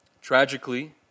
Tragically